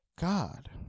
God